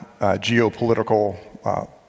geopolitical